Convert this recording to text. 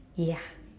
ya